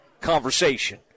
conversation